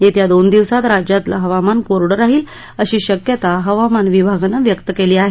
येत्या दोन दिवसात राज्यातलं हवामान कोरडं राहील अशी शक्यता हवामान विभागानं व्यक्त केली आहे